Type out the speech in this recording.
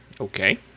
okay